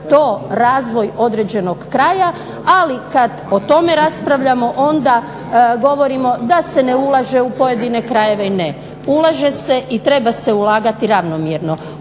je to razvoj određenog kraja, ali kada o tome raspravljamo onda govorimo da se ne ulaže u pojedine krajeve ili ne. ulaže se i treba se ulagati ravnomjerno.